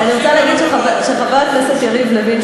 אני רוצה להגיד שחבר הכנסת יריב לוין,